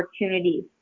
opportunities